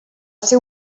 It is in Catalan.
ser